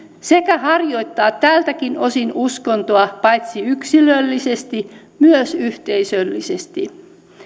sekä harjoittaa tältäkin osin uskontoa paitsi yksilöllisesti myös yhteisöllisesti